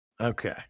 Okay